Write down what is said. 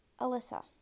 Alyssa